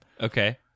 okay